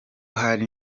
hari